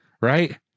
Right